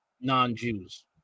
non-Jews